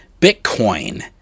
Bitcoin